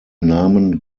namen